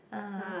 (uh huh)